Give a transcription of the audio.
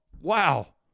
wow